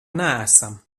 neesam